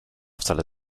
wcale